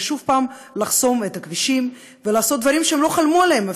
ושוב לחסום את הכבישים ולעשות דברים שהם אפילו לא חלמו עליהם?